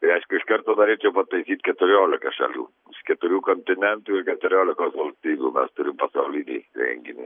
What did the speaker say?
reiškia iš karto norėčiau pataisyt keturiolika šalių keturių kontinentų ir keturiolikos valstybių mes turim pasaulinį renginį